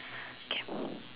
okay